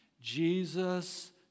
Jesus